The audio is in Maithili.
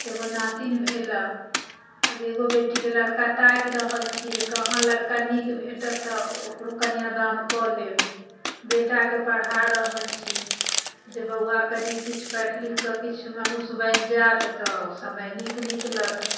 एगो नातिन भेल हँ आब एगो बेटीके लड़का ताकि रहल छी जे कहाँ लड़का नीक भेटत तऽ ओकरो कन्यादान कऽ लेब बेटा कऽ पढ़ा रहल छी जे बौआ कनि किछु पढ़ि लिखके कनि किछु मनुष्य बनि जायत तऽ समय नीक निकलत